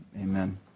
amen